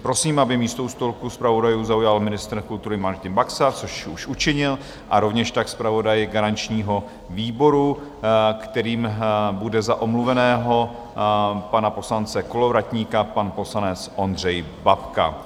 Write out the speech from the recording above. Prosím, aby místo u stolku zpravodajů zaujal ministr kultury Martin Baxa, což už učinil, a rovněž tak zpravodaj garančního výboru, kterým bude za omluveného pana poslance Kolovratníka pan poslanec Ondřej Babka.